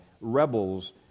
rebels